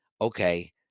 okay